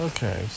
Okay